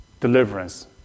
deliverance